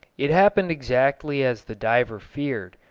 it happened exactly as the diver feared.